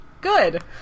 good